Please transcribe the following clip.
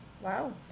Wow